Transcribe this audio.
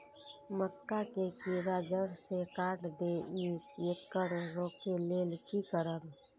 मक्का के कीरा जड़ से काट देय ईय येकर रोके लेल की करब?